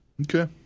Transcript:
Okay